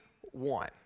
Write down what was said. one